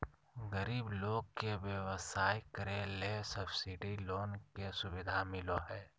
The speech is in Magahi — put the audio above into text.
गरीब लोग के व्यवसाय करे ले सब्सिडी लोन के सुविधा मिलो हय